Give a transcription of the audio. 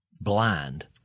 blind